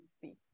speak